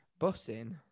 Bussing